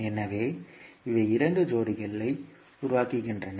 எனவே இவை இரண்டு ஜோடிகளை உருவாக்குகின்றன